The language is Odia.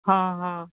ହଁ ହଁ